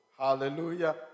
hallelujah